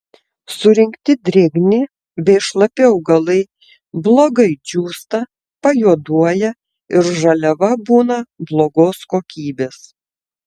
surinkti drėgni bei šlapi augalai blogai džiūsta pajuoduoja ir žaliava būna blogos kokybės